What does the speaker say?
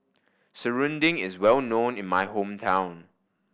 Serunding is well known in my hometown